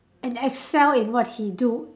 and Excel in what he do